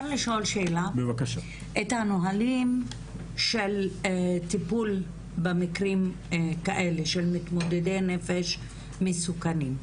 את הנהלים של טיפול במקרים כאלה של מתמודדי נפש מסוכנים,